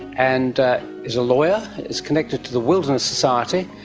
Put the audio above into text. and is a lawyer, is connected to the wilderness society,